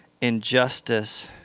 injustice